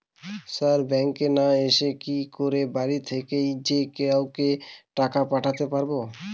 Sir ব্যাঙ্কে না এসে কি করে বাড়ি থেকেই যে কাউকে টাকা পাঠাতে পারবো?